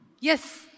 Yes